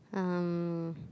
um